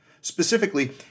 Specifically